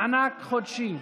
מענק חודשי),